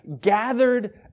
gathered